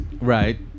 Right